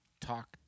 talk